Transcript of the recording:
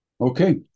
Okay